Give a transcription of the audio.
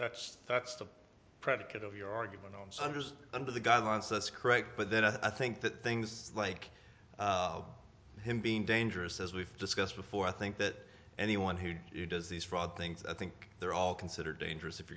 that's threats to predicate of your argument on some just under the guidelines that's correct but then i think that things like him being dangerous as we've discussed before i think that anyone who does these fraud things i think they're all considered dangerous if